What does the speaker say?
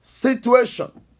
Situation